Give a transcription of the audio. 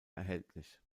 erhältlich